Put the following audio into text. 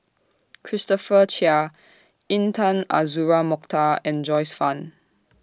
Christopher Chia Intan Azura Mokhtar and Joyce fan